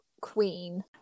queen